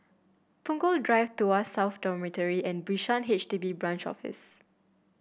Punggol Drive Tuas South Dormitory and Bishan H D B Branch Office